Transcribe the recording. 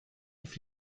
auf